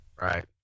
Right